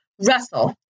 Russell